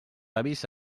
avis